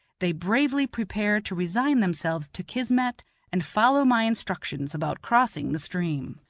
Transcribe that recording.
they bravely prepare to resign themselves to kismet and follow my instructions about crossing the stream.